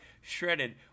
shredded